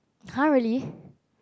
!huh! really